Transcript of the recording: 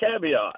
caveat